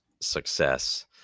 success